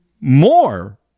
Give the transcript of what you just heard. more